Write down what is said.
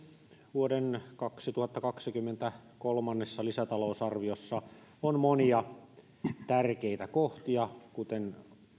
vuoden kaksituhattakaksikymmentä kolmannessa lisätalousarviossa on monia tärkeitä kohtia kuten